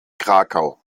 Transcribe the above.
krakau